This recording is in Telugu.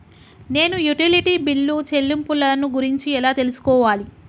నేను యుటిలిటీ బిల్లు చెల్లింపులను గురించి ఎలా తెలుసుకోవాలి?